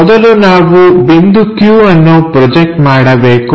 ಮೊದಲು ನಾವು ಬಿಂದು q ಅನ್ನು ಪ್ರೊಜೆಕ್ಟ್ ಮಾಡಬೇಕು